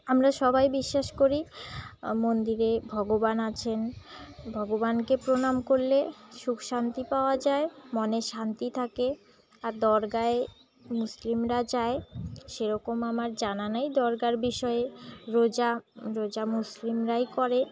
আমরা সবাই বিশ্বাস করি মন্দিরে ভগবান আছেন ভগবানকে প্রণাম করলে সুখ শান্তি পাওয়া যায় মনে শান্তি থাকে আর দরগায় মুসলিমরা যায় সেরকম আমার জানা নাই দরগার বিষয়ে রোজা রোজা মুসলিমরাই করে